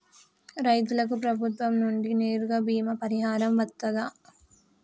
రైతులకు ప్రభుత్వం నుండి నేరుగా బీమా పరిహారం వత్తదా?